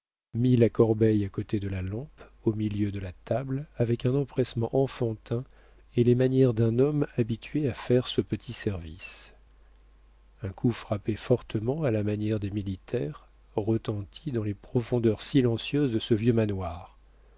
mit la corbeille à côté de la lampe au milieu de la table avec un empressement enfantin et les manières d'un homme habitué à faire ce petit service un coup frappé fortement à la manière des militaires retentit dans les profondeurs silencieuses de ce vieux manoir